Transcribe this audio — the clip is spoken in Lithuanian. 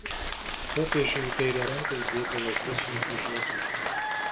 popiežiui į kairę ranką įdėta lazda su nukryžiuotuoju